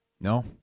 No